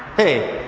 hey,